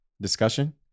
Discussion